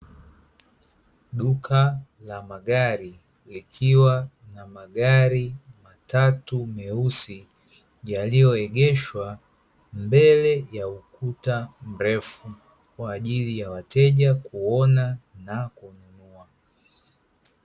Duka la magari likiwa na magari matatu meusi, yaliyo egeshwa mbele ya ukuta mrefu kwajili ya wateja kuona na kununua.